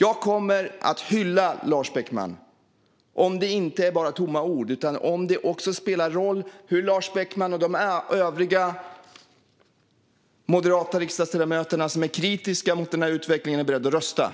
Jag kommer att hylla Lars Beckman om det inte bara är tomma ord utan också spelar roll för hur Lars Beckman och de övriga moderata riksdagsledamöterna som är kritiska mot den här utvecklingen är beredda att rösta.